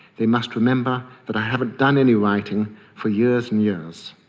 they must remember that i haven't done any writing for years and years.